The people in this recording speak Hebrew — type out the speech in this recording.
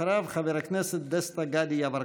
אחריו, חבר הכנסת דסטה גדי יברקן.